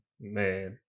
man